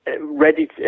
ready